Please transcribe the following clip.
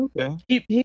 Okay